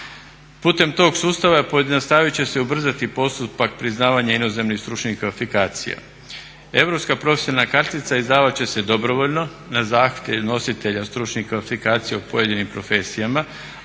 Putem tog sustava pojednostavit će se i ubrzati postupak priznavanja inozemnih stručnih kvalifikacija. Europska profesionalna kartica izdavat će se dobrovoljno na zahtjev nositelja stručnih kvalifikacija u pojedinim profesijama,